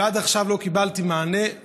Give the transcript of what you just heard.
ועד עכשיו לא קיבלתי מענה.